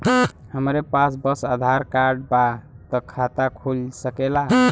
हमरे पास बस आधार कार्ड बा त खाता खुल सकेला?